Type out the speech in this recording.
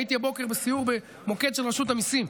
הייתי הבוקר בסיור במוקד של רשות המיסים.